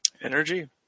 Energy